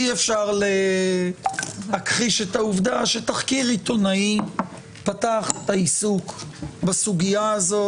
אי אפשר להכחיש את העובדה שתחקיר עיתונאי פתח את העיסוק בסוגיה הזאת,